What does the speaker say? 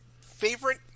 favorite